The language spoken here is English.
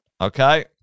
okay